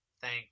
Thank